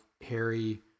Harry